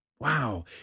Wow